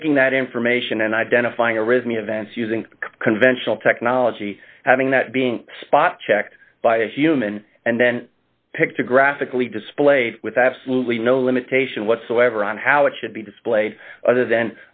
taking that information and identifying origine events using conventional technology having that being spot checked by a human and then picked a graphically displayed with absolutely no limitation whatsoever on how it should be displayed other than